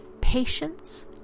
Patience